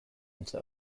into